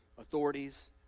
authorities